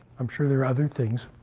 i'm sure there are other things.